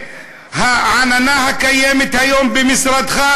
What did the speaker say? והעננה הקיימת היום במשרדך,